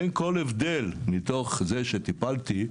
אין כל הבדל מתוך זה שטיפלתי,